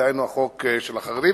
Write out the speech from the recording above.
דהיינו החוק של החרדים,